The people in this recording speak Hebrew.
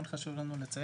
כן חשוב לנו לציין,